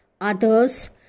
others